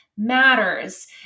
matters